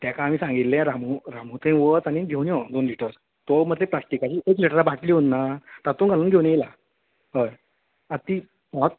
तेका हांवें सांगिल्ले रामू रामू थंय वच आनी घेवन यो दोन लिटर तो मरे ते प्लासटिकाच्यो एक लिटरां बाटली उरना तातूंत घालून घेवन येयलां हय आतां ती होच